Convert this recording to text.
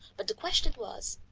but the question was,